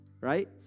right